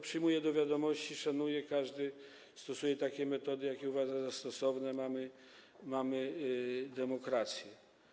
Przyjmuję to do wiadomości, szanuję, każdy stosuje takie metody, jakie uważa za stosowne, mamy demokrację.